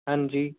ਹਾਂਜੀ